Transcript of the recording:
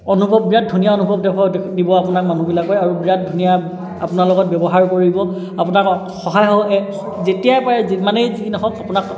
অনুভৱ বিৰাট ধুনীয়া অনুভৱ দেখু দিব আপোনাক মানুহবিলাকে আৰু বিৰাট ধুনীয়া আপোনাৰ লগত ব্যৱহাৰ কৰিব আপোনাক সহায় স যেতিয়াই পাৰে যিমানেই যি নহওঁক আপোনাক